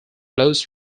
flows